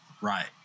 right